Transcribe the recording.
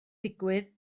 digwydd